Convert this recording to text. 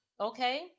okay